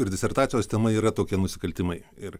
ir disertacijos tema yra tokie nusikaltimai ir